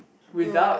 !wah!